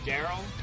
Daryl